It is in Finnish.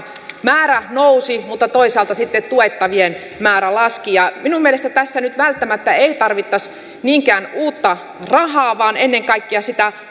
määrä nousi mutta toisaalta sitten tuettavien määrä laski minun mielestäni tässä nyt välttämättä ei tarvittaisi niinkään uutta rahaa vaan ennen kaikkea sitä